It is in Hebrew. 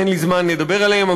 אין לי זמן לדבר עליהם,